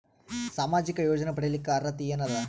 ಸಾಮಾಜಿಕ ಯೋಜನೆ ಪಡಿಲಿಕ್ಕ ಅರ್ಹತಿ ಎನದ?